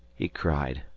he cried,